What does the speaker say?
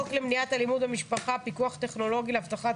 חוק למניעת אלימות במשפחה (פיקוח טכנולוגי להבטחת